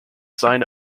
sign